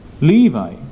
Levi